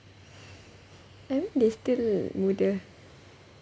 I mean they still muda